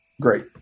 Great